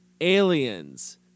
Aliens